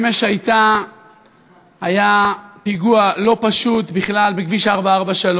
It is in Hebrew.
אמש היה פיגוע לא פשוט בכלל בכביש 443,